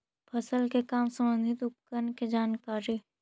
फसल के काम संबंधित उपकरण के जानकारी?